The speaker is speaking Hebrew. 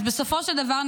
אז בסופו של דבר,